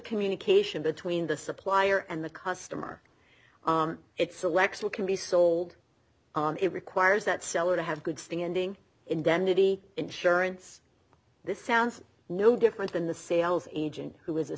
communication between the supplier and the customer it selects what can be sold and it requires that seller to have good standing indemnity insurance this sounds no different than the sales agent who is a